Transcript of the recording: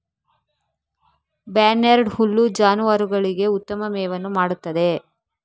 barnyard ಹುಲ್ಲು ಜಾನುವಾರುಗಳಿಗೆ ಉತ್ತಮ ಮೇವನ್ನು ಮಾಡುತ್ತದೆ